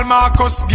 Marcus